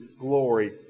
glory